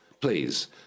please